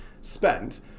spent